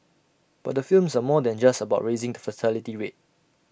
but the films are more than just about raising the fertility rate